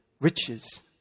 riches